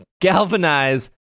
Galvanize